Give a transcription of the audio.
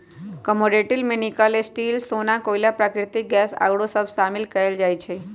commodity में nickel, steel,, सोना, कोइला, प्राकृतिक गैस आउरो वस्तु शामिल कयल जाइ छइ